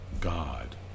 God